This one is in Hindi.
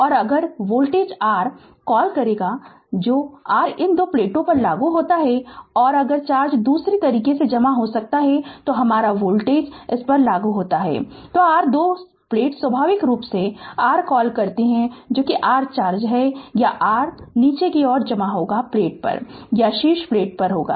और अगर वोल्टेज r क्या कॉल करेगा जो r इन दो प्लेटों पर लागू होता है तो और अगर चार्ज दूसरे तरीके से जमा हो जाता है तो हमारा वोल्टेज अगर इस पर लागू होता है तो r दो प्लेट स्वाभाविक रूप से r क्या कॉल करती हैं जो कि r चार्ज है r या तो नीचे जमा होगा प्लेट या शीर्ष प्लेट पर होगा